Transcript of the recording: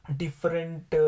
different